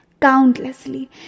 Countlessly